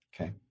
Okay